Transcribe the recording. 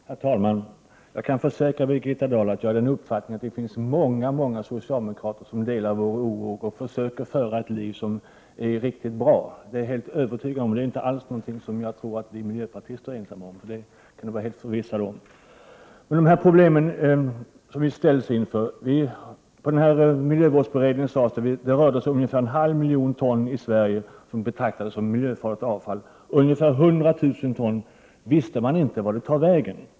Herr talman! Jag kan försäkra Birgitta Dahl att jag har den uppfattningen att det finns många socialdemokrater som delar vår oro och försöker föra ett liv som är riktigt bra. Det är jag helt övertygad om, och jag tror inte alls att detta är något som vi miljöpartister är ensamma om. I miljövårdsberedningen sades att vi i Sverige har ungefär en halv miljon ton avfall som betraktas som miljöfarligt. Ungefär 100 000 ton av detta avfall visste man inte vart det tar vägen.